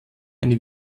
eine